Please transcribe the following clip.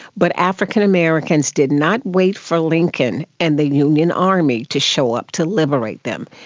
but african americans did not wait for lincoln and the union army to show up to liberate them.